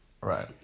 Right